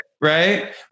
right